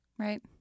Right